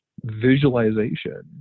visualization